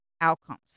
outcomes